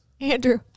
Andrew